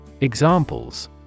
Examples